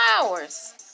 flowers